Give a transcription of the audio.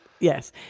Yes